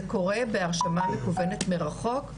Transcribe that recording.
זה קורה להרשמה מקוונת מרחוק,